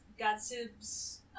GodSib's